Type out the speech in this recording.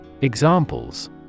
Examples